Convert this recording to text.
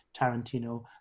tarantino